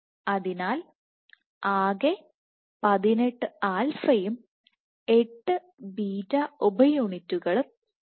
അതിനാൽ ആകെ 18 ആൽഫയും 8 ബീറ്റβ ഉപ യൂണിറ്റുകളും ഉണ്ട്